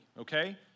okay